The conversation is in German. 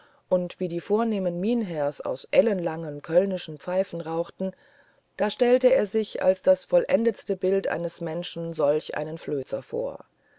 und wie die vornehmsten mynheers aus ellenlangen kölnischen pfeifen rauchten da stellte er sich als das vollendetste bild eines glücklichen menschen solch einen flözer vor